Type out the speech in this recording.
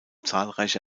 zahlreiche